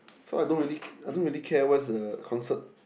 so I don't really care I don't really care where's the concert